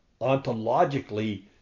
ontologically